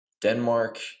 Denmark